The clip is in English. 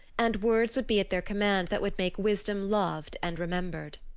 and words would be at their command that would make wisdom loved and remembered.